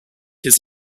his